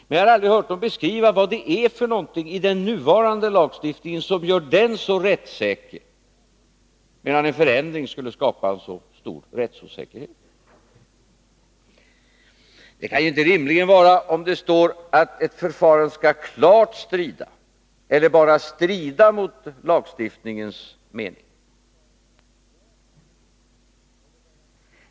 Men jag har inte hört dem beskriva vad det är i den nuvarande lagstiftningen som gör denna så rättssäker, medan en förändring skulle skapa en sådan stor rättsosäkerhet. Det som skapar rättsosäkerhet kan inte rimligen vara om det står att ett förfarande skall ”klart strida” eller ”strida” mot lagstiftningens mening.